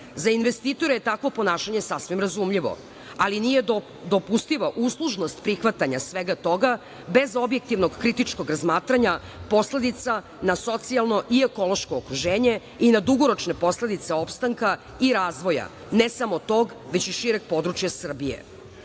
Za investitore je takvo ponašanje sasvim razumljivo, ali nije dopustivo uslužnost prihvatanja svega toga, bez objektivnog kritičkog razmatranja posledica na socijalno i ekološko okruženje i na dugoročne posledice opstanka i razvija, ne samo tog već i šireg područja